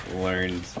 learned –